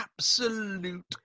absolute